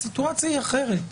הסיטואציה היא אחרת.